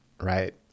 right